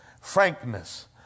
Frankness